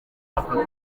aka